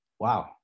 wow